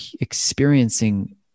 experiencing